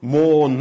more